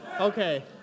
Okay